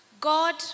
God